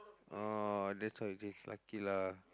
orh that's how you change lucky lah